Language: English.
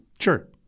Sure